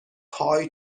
tai